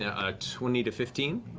ah twenty to fifteen?